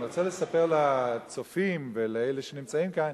אני רוצה לספר לצופים ולאלה שנמצאים כאן